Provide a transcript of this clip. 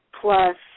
plus